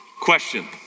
Question